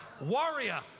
warrior